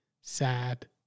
sad